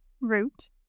root